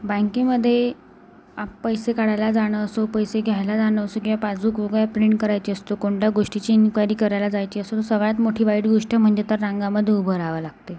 बँकेमध्ये आ पैसे काढायला जाणं असो पैसे घ्यायला जाणं असो किंवा पासबुक वगया प्रिंट करायचे असतो कोणत्या गोष्टीची इन्क्वायरी करायला जायचे असो सगळ्यात मोठी वाईट गोष्ट म्हणजे त्या रांगामध्ये उभं राहावं लागतंय